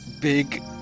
big